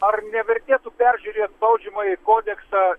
ar nevertėtų peržiūrėt baudžiamąjį kodeksą